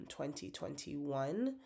2021